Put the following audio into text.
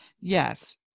Yes